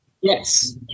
Yes